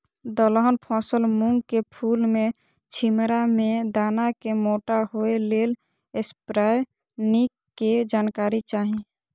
दलहन फसल मूँग के फुल में छिमरा में दाना के मोटा होय लेल स्प्रै निक के जानकारी चाही?